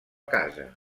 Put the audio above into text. casa